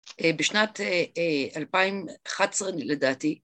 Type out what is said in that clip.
אה, בשנת אה, אה, 2011, לדעתי.